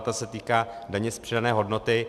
Ta se týká daně z přidané hodnoty.